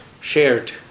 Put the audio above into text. shared